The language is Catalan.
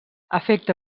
afecta